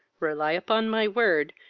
rely upon my word,